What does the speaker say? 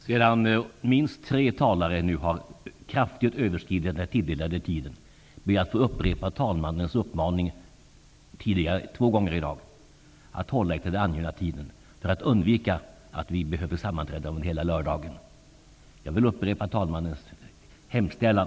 Sedan minst tre talare nu kraftigt har överskridit den tilldelade tiden ber jag att få upprepa talmannens uppmaning tidigare två gånger i dag att hålla den angivna tiden, för att undvika att vi behöver sammanträda under hela lördagen. Jag vill upprepa talmannens hemställan.